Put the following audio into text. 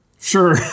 Sure